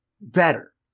better